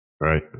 Right